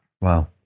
Wow